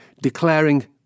declaring